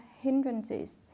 hindrances